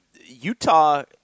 Utah